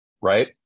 right